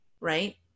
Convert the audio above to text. right